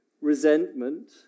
resentment